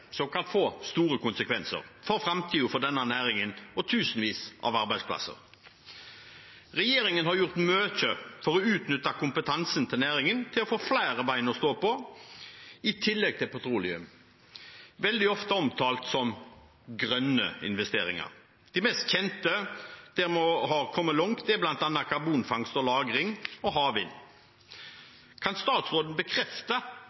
som kan få store konsekvenser for framtiden for denne næringen og for tusenvis av arbeidsplasser. Regjeringen har gjort mye for å utnytte næringens kompetanse til å få flere ben å stå på i tillegg til petroleum, noe som veldig ofte er omtalt som grønne investeringer. De mest kjente har kommet langt, bl.a. karbonfangst og -lagring og havvind. Kan statsråden bekrefte